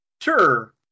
Sure